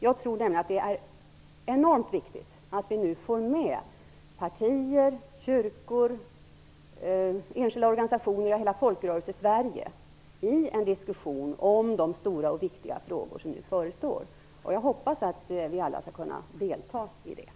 Jag tror nämligen att det är enormt viktigt att vi nu får med partier, kyrkor, enskilda organisationer och hela Folkrörelsesverige i en diskussion om de stora och viktiga frågor som förestår. Jag hoppas att vi alla skall kunna delta i detta.